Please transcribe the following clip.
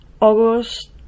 August